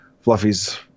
Fluffy's